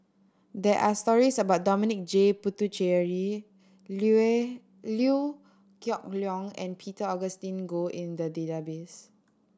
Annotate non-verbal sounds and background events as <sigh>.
there are stories about Dominic J Puthucheary <unintelligible> Liew Geok Leong and Peter Augustine Goh in the database